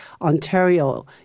Ontario